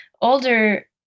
older